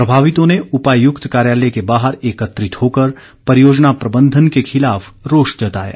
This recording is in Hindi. प्रभावितों ने उपायुक्त कार्यालय के बाहर एकत्रित होकर परियोजना प्रबंधन के खिलाफ रोष जताया